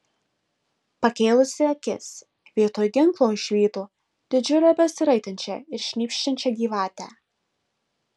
pakėlusi akis vietoj ginklo išvydo didžiulę besiraitančią ir šnypščiančią gyvatę